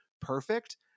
perfect